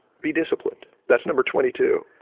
be disciplined. that's number twenty two.